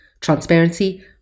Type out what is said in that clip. transparency